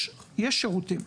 יש שירותים.